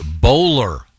Bowler